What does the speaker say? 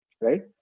Right